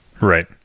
Right